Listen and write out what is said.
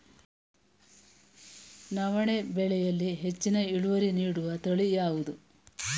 ನವಣೆ ಬೆಳೆಯಲ್ಲಿ ಹೆಚ್ಚಿನ ಇಳುವರಿ ನೀಡುವ ತಳಿ ಯಾವುದು?